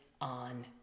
on